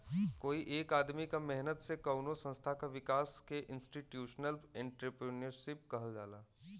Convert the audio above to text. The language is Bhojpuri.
कोई एक आदमी क मेहनत से कउनो संस्था क विकास के इंस्टीटूशनल एंट्रेपर्नुरशिप कहल जाला